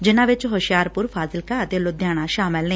ਜਿਨਾਂ ਵਿਚ ਹੁਸ਼ਿਆਰਪੁਰ ਫਾਜ਼ਿਲਕਾ ਅਤੇ ਲੁਧਿਆਣਾ ਸ਼ਾਮਲ ਨੇ